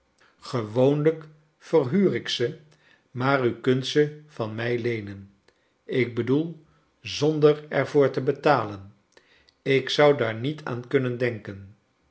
gewoonlijk verhuur ik ze maar u kunt ze van mij leenen ik bedoel zonder er voor te betalen ik zou daar niet aan kunnen denken